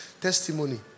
testimony